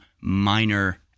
minor